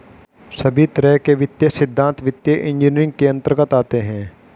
सभी तरह के वित्तीय सिद्धान्त वित्तीय इन्जीनियरिंग के अन्तर्गत आते हैं